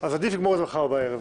אז עדיף לגמור את זה מחר בערב.